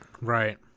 Right